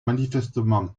manifestement